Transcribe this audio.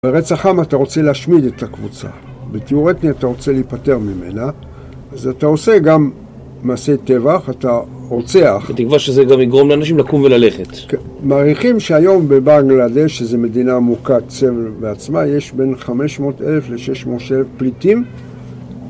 ברצח עם אתה רוצה להשמיד את הקבוצה, בתיאורטי אתה רוצה להיפטר ממנה אז אתה עושה גם מעשי טבח, אתה רוצח בתקווה שזה גם יגרום לאנשים לקום וללכת מעריכים שהיום בבנגלדש, שזה מדינה מוקה סבל בעצמה, יש בין 500 אלף ל-600 אלף פליטים